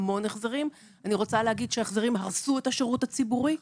ההחזרים הרסו את השירות הציבורי -- נכון.